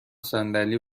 صندلی